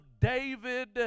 david